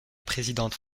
présidente